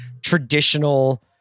traditional